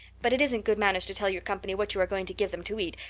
but it isn't good manners to tell your company what you are going to give them to eat,